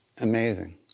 amazing